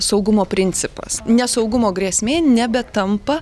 saugumo principas nesaugumo grėsmė nebe tampa